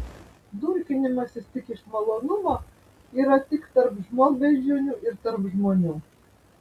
dulkinimasis tik iš malonumo yra tik tarp žmogbeždžionių ir tarp žmonių